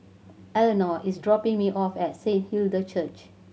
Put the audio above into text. Eleonore is dropping me off at Saint Hilda Church